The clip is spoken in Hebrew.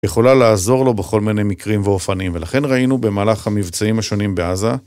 יכולה לעזור לו בכל מיני מקרים ואופנים, ולכן ראינו במהלך המבצעים השונים בעזה